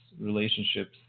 relationships